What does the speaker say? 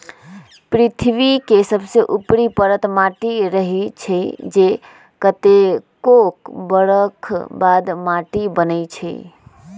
पृथ्वी के सबसे ऊपरी परत माटी रहै छइ जे कतेको बरख बाद माटि बनै छइ